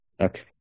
Okay